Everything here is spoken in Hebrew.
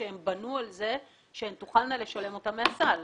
הן בנו על זה שהן תוכלנה לשלם אותן מהסל,